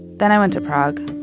then i went to prague.